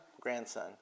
Grandson